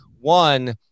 One